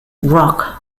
rock